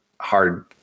hard